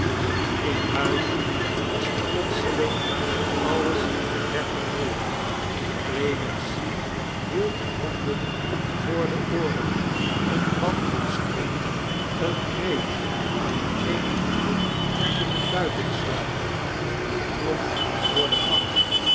in huis was plotseling allies in rep en roer clemency hield de handen voor de ooren een wanhoopskreeit een kreet die geen handen kunnen buitensluiten weerklonk door de gang